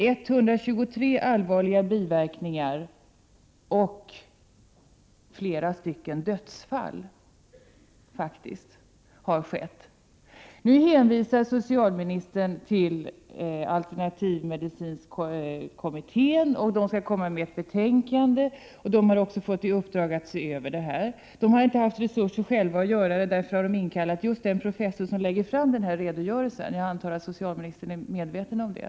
123 allvarliga biverkningar har alltså uppstått, och flera dödsfall har faktiskt inträffat. Socialministern hänvisar nu till alternativmedicinkommittén och till att den skall komma med ett betänkande. Kommittén har också fått i uppdrag att se över dessa frågor. Kommittén har själv inte haft resurser att göra det. Den har därför inkallat just den professor som har lagt fram den här redogörelsen. Jag antar att socialministern är medveten om det.